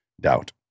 Doubt